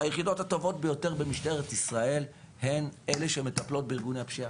היחידות הטובות ביותר במשטרת ישראל הן אלה שמטפלות בארגוני הפשיעה.